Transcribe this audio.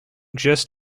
just